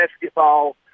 basketball